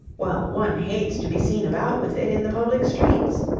well, one hates to be seen about with it in the public streets.